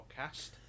podcast